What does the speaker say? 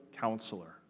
counselor